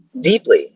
deeply